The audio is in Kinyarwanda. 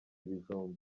ibijumba